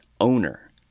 owner